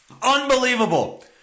unbelievable